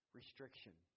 Restriction